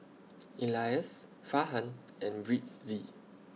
Elyas Farhan and Rizqi